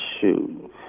shoot